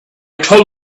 told